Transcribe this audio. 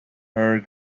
her